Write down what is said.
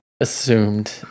assumed